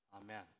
Amen